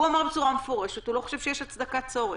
הוא אמר בצורה מפורשת שהוא לא חושב שיש הצדקת צורך.